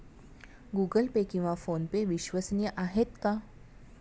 Google Pay किंवा PhonePe विश्वसनीय आहेत का?